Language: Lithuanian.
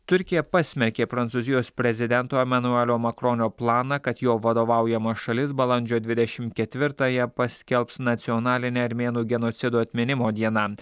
turkija pasmerkė prancūzijos prezidento emanuelio makronio planą kad jo vadovaujama šalis balandžio dvidešimt ketvirtąją paskelbs nacionaline armėnų genocido atminimo diena